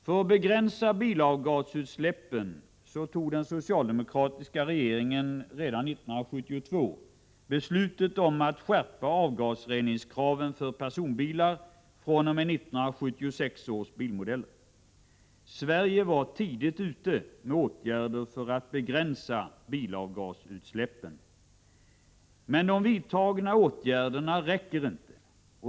För att begränsa bilavgasutsläppen fattade den socialdemokratiska regeringen redan 1972 beslut om att skärpa avgasreningskraven för personbilar fr.o.m. 1976 års bilmodeller. Sverige var således tidigt ute med åtgärder för att begränsa bilavgasutsläppen. Men de vidtagna åtgärderna räcker inte.